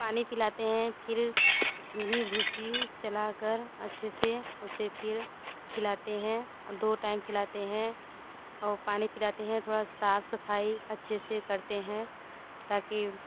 पानी पिलाते हैं फिर चूनी भूसी चला कर अच्छे से उसे फिर खिलाते हैं दो टाइम खिलाते हैं और पानी पिलाते हैं थोड़ा सा साफ़ सफ़ाई अच्छे से करते हैं ताकि